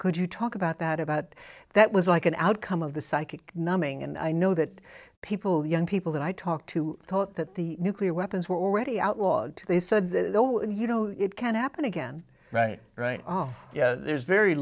could you talk about that about that was like an outcome of the psychic numbing and i know that people young people that i talked to thought that the nuclear weapons were already outlawed they said that though and you know it can't happen again right right yeah there's very